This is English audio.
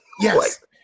Yes